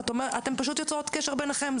פשוט יוצרות קשר ביניכם.